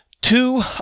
Two